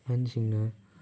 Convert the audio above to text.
ꯑꯍꯟꯁꯤꯡꯅ